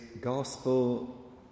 gospel